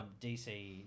DC